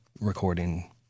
recording